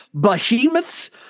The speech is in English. behemoths